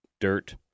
dirt